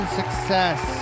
success